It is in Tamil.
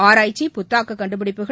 ஆராய்ச்சி புத்தாக்க கண்டுபிடிப்புகள்